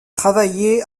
travaillé